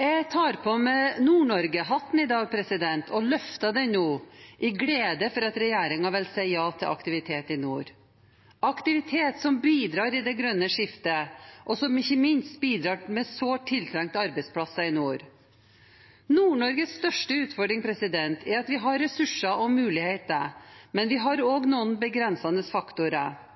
Jeg tar på meg Nord-Norge-hatten i dag, og løfter den nå i glede for at regjeringen vil si ja til aktivitet i nord – aktivitet som bidrar til det grønne skiftet, og som ikke minst bidrar med sårt tiltrengte arbeidsplasser i nord. Nord-Norges største utfordring er at vi har ressurser og muligheter, men noen begrensende faktorer.